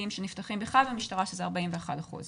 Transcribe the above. לכל 1,000 אנשים יש 1.8 אחוז